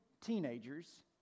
teenagers